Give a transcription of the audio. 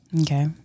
Okay